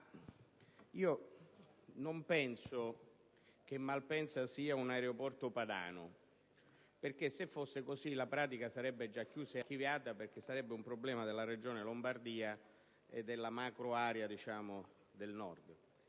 io non penso che Malpensa sia un aeroporto padano, perché, se così fosse, la pratica sarebbe già chiusa e archiviata in quanto si tratterebbe di un problema della Regione Lombardia e della macroarea del Nord.